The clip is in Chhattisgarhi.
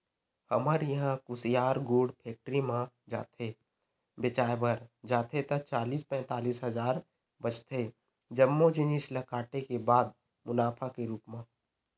हमर इहां कुसियार गुड़ फेक्टरी म जाथे बेंचाय बर जाथे ता चालीस पैतालिस हजार बचथे जम्मो जिनिस ल काटे के बाद मुनाफा के रुप म